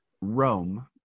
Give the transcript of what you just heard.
Rome